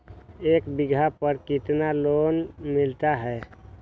एक बीघा पर कितना लोन मिलता है?